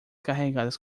carregadas